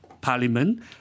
parliament